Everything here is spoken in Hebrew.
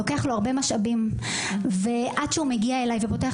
לוקח לו הרבה משאבים ועד שהוא מגיע אליי ופותח